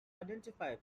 identify